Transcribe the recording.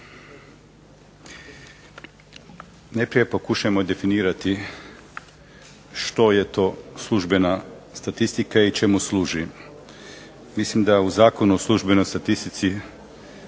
Najprije pokušajmo definirati što je to službena statistika i čemu služi. Mislim da u Zakonu o službenoj statistici